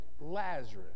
Lazarus